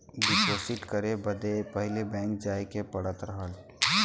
deposit करे बदे पहिले बैंक जाए के पड़त रहल